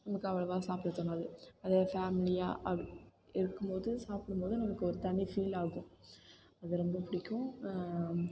நமக்கு அவ்வளோவா சாப்பிட தோணாது அதே ஃபேமிலியாக இருக்கும் போது சாப்பிடும் போது நமக்கு ஒரு தனி ஃபீல் ஆகும் அது ரொம்ப புடிக்கும்